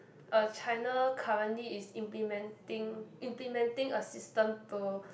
uh China currently is implementing implementing a system to